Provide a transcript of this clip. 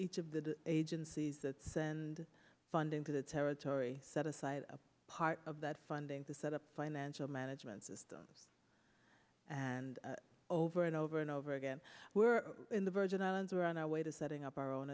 each of the agencies that send funding to the territory set aside a part of that funding to set up financial management system and over and over and over again we're in the virgin islands or on our way to setting up our own